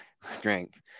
strength